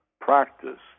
practice